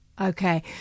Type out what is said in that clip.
Okay